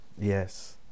Yes